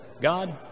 God